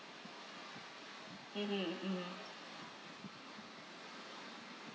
mmhmm mm